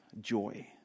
joy